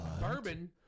bourbon